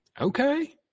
okay